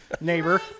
neighbor